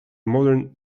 modern